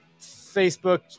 Facebook